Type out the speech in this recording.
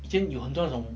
在有那种